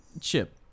Chip